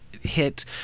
hit